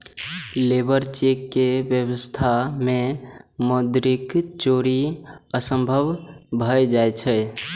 labour cheque के व्यवस्था मे मौद्रिक चोरी असंभव भए जाइ छै